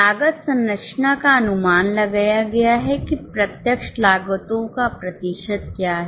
लागत संरचना का अनुमान लगाया गया है कि प्रत्यक्ष लागतों का प्रतिशत क्या है